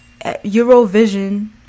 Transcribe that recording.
eurovision